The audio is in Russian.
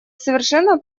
совершенно